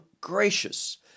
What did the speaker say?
gracious